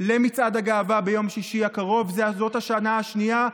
למצעד הגאווה ביום שישי הקרוב זו השנה השנייה.